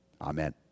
Amen